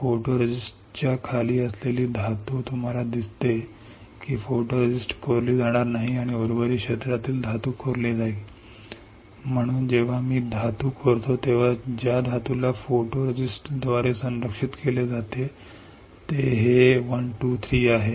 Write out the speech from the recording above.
फोटोरिस्टिस्टच्या खाली असलेली धातू तुम्हाला दिसते की फोटोरिस्टिस्ट कोरले जाणार नाही आणि उर्वरित क्षेत्रातील धातू खोदली जाईल म्हणून जेव्हा मी धातू खोदतो तेव्हा धातू जो फोटोरिस्टिस्टद्वारे संरक्षित असतो तो हा एक आहे 1 2 3